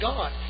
God